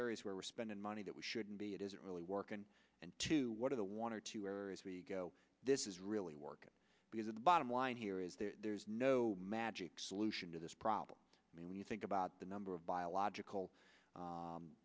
areas where we're spending money we shouldn't be it isn't really working and two what are the one or two areas where you go this is really work because the bottom line here is there's no magic solution to this problem i mean when you think about the number of biological